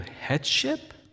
headship